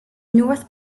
north